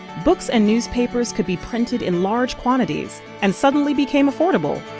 books and newspapers could be printed in large quantities and suddenly became affordable.